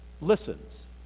listens